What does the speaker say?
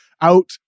out